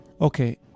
Okay